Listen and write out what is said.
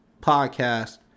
Podcast